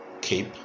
keep